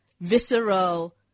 visceral